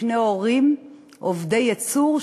לשני הורים עובדי ייצור,